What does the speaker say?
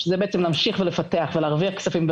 שזה בעצם להמשיך ולפתח ולהרוויח כספים,